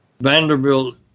Vanderbilt